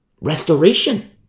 restoration